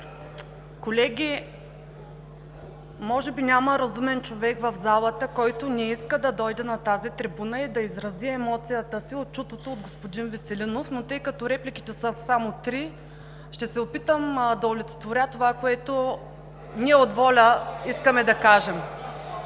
Колеги, може би няма разумен човек в залата, който не иска да дойде на тази трибуна и да изрази емоцията си от чутото от господин Веселинов, но тъй като репликите са само три, ще се опитам да олицетворя това, което ние от ВОЛЯ искаме да кажем: